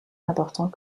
important